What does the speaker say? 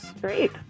Great